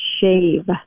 shave